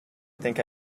think